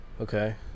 okay